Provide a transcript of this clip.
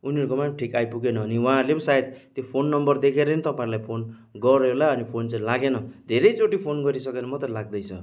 उनीहरूकोमा नि ठिक आइपुगेन भने उहाँहरूले पनि सायत त्यो फोन नम्बर देखेर नि तपाईँहरूलाई फोन गऱ्यो होला अन्त फोन चाहिँ लागेन धेरैचोटि फोन गरिसकेर मात्रै लाग्दैछ